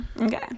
Okay